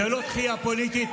לא מדובר בדחייה פוליטית.